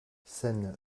scène